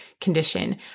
condition